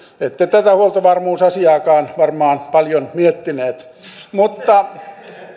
te tätä huoltovarmuusasiaakaan varmaan paljon miettineet